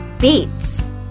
beets